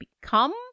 become